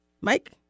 Mike